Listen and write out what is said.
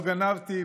לא גנבתי,